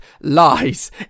lies